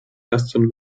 aston